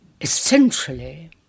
essentially